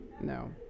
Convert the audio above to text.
no